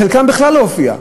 בחלקם בכלל לא הופיע,